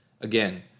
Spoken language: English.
Again